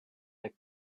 der